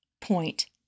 point